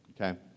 okay